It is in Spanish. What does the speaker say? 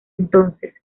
entonces